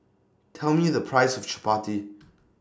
Tell Me The Price of Chappati